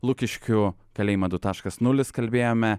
lukiškių kalėjimą du taškas nulis kalbėjome